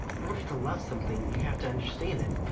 in order to love something you have to understand it.